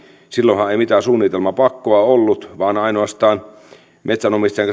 silloinhan ei mitään suunnitelmapakkoa ollut vaan ainoastaan sopimus tehtiin metsänomistajan